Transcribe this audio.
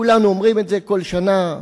כולנו אומרים את זה בכל שנה.